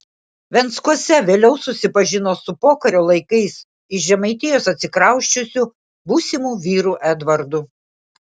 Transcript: venckuose vėliau susipažino su pokario laikais iš žemaitijos atsikrausčiusiu būsimu vyru edvardu